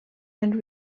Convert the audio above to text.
and